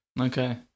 Okay